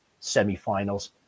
semifinals